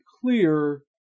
clear